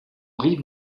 rive